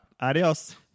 Adios